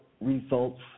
results